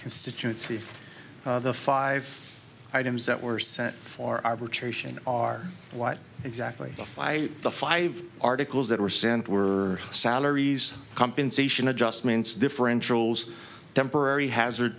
constituency of the five items that were sent for arbitration are what exactly five the five articles that were sent were salaries compensation adjustments differentials temporary hazard